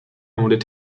مورد